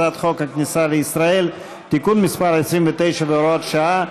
הצעת חוק הכניסה לישראל (תיקון מס' 29 והוראות שעה),